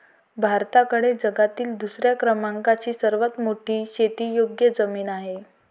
भारताकडे जगातील दुसऱ्या क्रमांकाची सर्वात मोठी शेतीयोग्य जमीन आहे